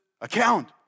account